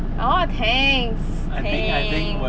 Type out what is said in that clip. orh thanks thanks